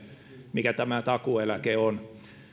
mikä tämä takuueläke on